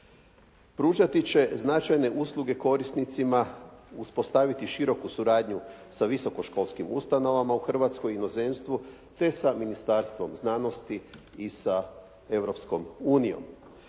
Pružati će značajne usluge korisnicima, uspostaviti široku suradnju sa visokoškolskim ustanovama u Hrvatskoj i inozemstvu te sa Ministarstvom znanosti i sa